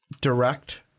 direct